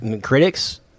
critics